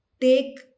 take